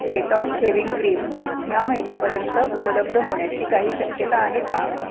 Dettol shaving cream ह्या महिन्यापर्यंत उपलब्ध होण्याची काही शक्यता आहे का